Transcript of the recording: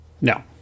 no